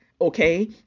okay